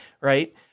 Right